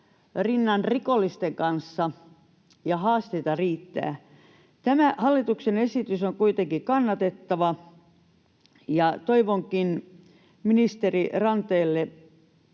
rinnan rikollisten kanssa ja haasteita riittää. Tämä hallituksen esitys on kuitenkin kannatettava. Toivonkin ministeri Ranteelle